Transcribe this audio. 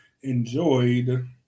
enjoyed